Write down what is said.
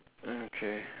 okay